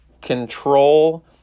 control